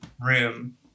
room